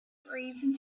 reason